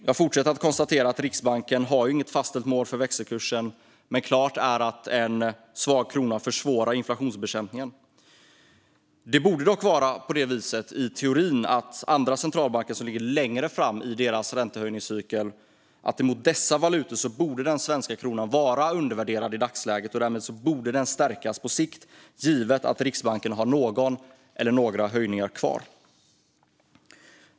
Jag fortsätter med att konstatera att Riksbanken inte har något fastställt mål för växelkursen, men klart är att en svag krona försvårar inflationsbekämpningen. I teorin borde den svenska kronan i dagsläget vara undervärderad gentemot valutorna i andra centralbanker som ligger längre fram i sin räntehöjningscykel och därmed behöva stärkas på sikt, givet att Riksbanken har någon eller några höjningar kvar.